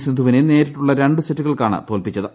സിന്ധുവിനെ നേരിട്ടുള്ള രണ്ട് സെറ്റുകൾക്കാണ് തോൽപ്പിച്ചത്